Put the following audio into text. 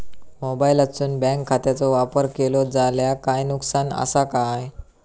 मोबाईलातसून बँक खात्याचो वापर केलो जाल्या काय नुकसान असा काय?